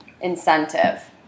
incentive